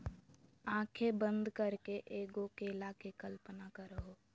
आँखें बंद करके एगो केला के कल्पना करहो